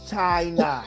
China